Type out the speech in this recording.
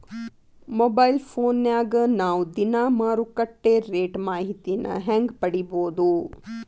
Mobile ಫೋನ್ಯಾಗ ನಾವ್ ದಿನಾ ಮಾರುಕಟ್ಟೆ ರೇಟ್ ಮಾಹಿತಿನ ಹೆಂಗ್ ಪಡಿಬೋದು?